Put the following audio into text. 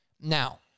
Now